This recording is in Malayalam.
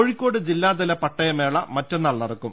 കോഴിക്കോട് ജില്ലാതല പട്ടയമേള മറ്റന്നാൾ നടക്കും